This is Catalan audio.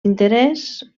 interès